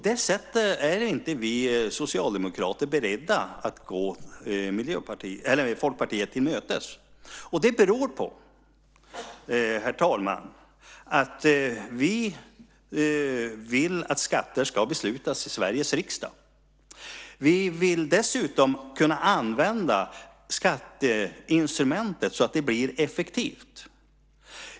Där är inte vi socialdemokrater beredda att gå Folkpartiet till mötes. Det beror på, herr talman, att vi vill att beslut om skatter ska fattas i Sveriges riksdag. Vi vill dessutom kunna använda skatteinstrumentet så att det blir effektivt.